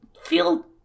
feel